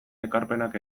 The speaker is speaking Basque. ekarpenak